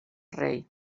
rei